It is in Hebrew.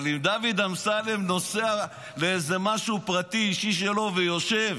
אבל אם דוד אמסלם נוסע לאיזה משהו פרטי אישי שלו ויושב